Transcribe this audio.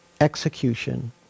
execution